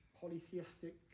polytheistic